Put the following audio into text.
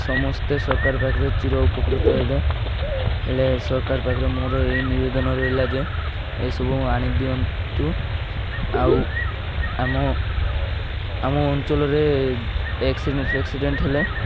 ସମସ୍ତେ ସରକାର ପାଖରେ ଚିରଉପକୃତ ହେବେ ହେଲେ ସରକାର ପାଖରେ ମୋର ଏଇ ନିବେଦନ ରହିଲା ଯେ ଏସବୁ ଆଣି ଦିଅନ୍ତୁ ଆଉ ଆମ ଆମ ଅଞ୍ଚଳରେ ଆକ୍ସିଡ଼େଣ୍ଟ ଫେକ୍ସିଡ଼େଣ୍ଟ ହେଲେ